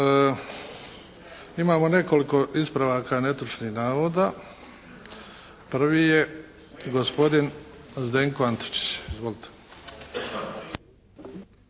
Imamo nekoliko ispravaka netočnih navoda. Prvi je gospodin Zdenko Antešić. Izvolite.